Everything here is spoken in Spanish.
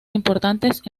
importantes